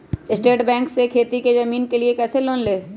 State bank से खेती की जमीन के लिए कैसे लोन ले?